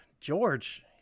George